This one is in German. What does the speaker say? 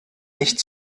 nicht